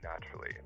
naturally